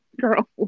Girl